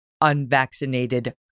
unvaccinated